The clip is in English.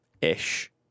ish